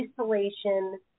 isolation